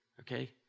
okay